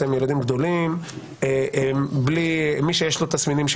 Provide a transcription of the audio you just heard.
אתם ילדים גדולים; מי שיש לו תסמינים,